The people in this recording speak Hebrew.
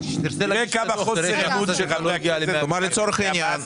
תראה כמה חוסר האמון של חברי הכנסת ברשות המס,